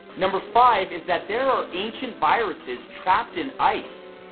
number five, is that there are ancient viruses trapped in ice.